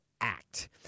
Act